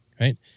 right